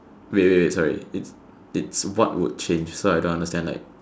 wait wait wait sorry it its what would change so I don't understand like